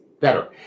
better